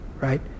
right